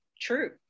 true